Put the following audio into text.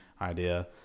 idea